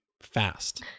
fast